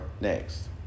next